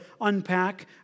unpack